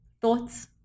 thoughts